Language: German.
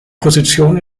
position